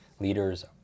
Leaders